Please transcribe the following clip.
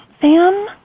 Sam